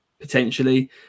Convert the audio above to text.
potentially